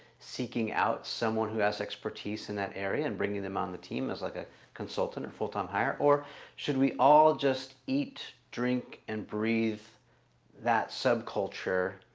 seeking out someone who has expertise in that area and bringing them on the team is like a consultant or full-time hire or should we all just eat drink and breathe that subculture,